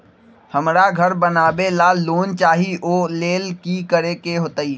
हमरा घर बनाबे ला लोन चाहि ओ लेल की की करे के होतई?